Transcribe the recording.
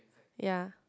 yea